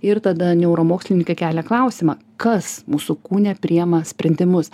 ir tada neuromokslininkai kelia klausimą kas mūsų kūne priėma sprendimus